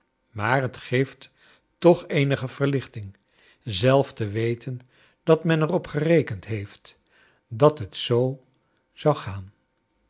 maar het geeft toch eenige verlichting zelf te weten dat men er op gerekend heeft dat het zoo zou gaan